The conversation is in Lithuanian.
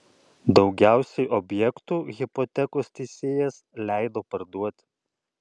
daugiausiai objektų hipotekos teisėjas leido parduoti